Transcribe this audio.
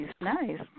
nice